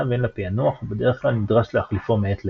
והן לפענוח ובדרך כלל נדרש להחליפו מעת לעת.